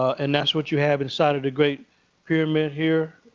and that's what you have inside of the great pyramid here.